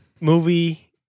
movie